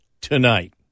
tonight